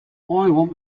want